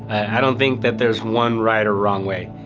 i don't think that there's one right or wrong way.